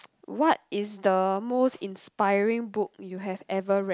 what is the most inspiring book you have ever read